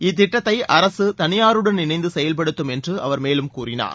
இத்திட்டத்தை அரசு தனியாருடன் இணைந்து செயல்படுத்தும் என்று அவர் மேலும் கூறினார்